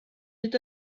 est